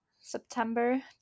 September